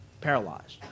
paralyzed